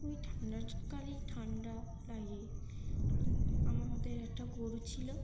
ওই ঠান্ডার কালেই ঠান্ডা লাগে আমাদের একটা গরু ছিল